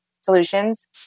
solutions